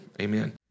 Amen